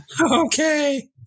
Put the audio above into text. Okay